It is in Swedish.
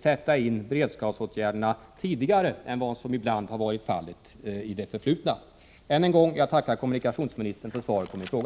sätta in beredskapsåtgärderna tidigare än vad som ibland har varit fallet i det förflutna. Än en gång: Jag tackar kommunikationsministern för svaret på min fråga.